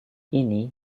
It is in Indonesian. ini